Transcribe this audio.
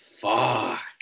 fuck